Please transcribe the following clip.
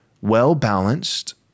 well-balanced